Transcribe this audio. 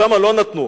שם לא נתנו.